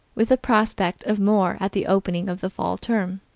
with the prospect of more at the opening of the fall term.